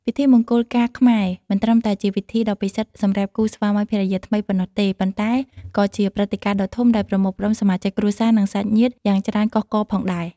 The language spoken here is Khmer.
ពិធីមង្គលការខ្មែរ មិនត្រឹមតែជាពិធីដ៏ពិសិដ្ឋសម្រាប់គូស្វាមីភរិយាថ្មីប៉ុណ្ណោះទេ ប៉ុន្តែក៏ជាព្រឹត្តិការណ៍ដ៏ធំដែលប្រមូលផ្តុំសមាជិកគ្រួសារ និងសាច់ញាតិយ៉ាងច្រើនកុះករផងដែរ។